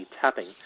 tapping